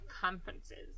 conferences